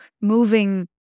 moving